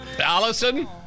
Allison